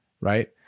right